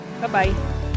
Bye-bye